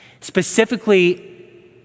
Specifically